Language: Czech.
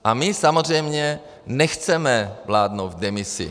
A my samozřejmě nechceme vládnout v demisi.